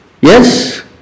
Yes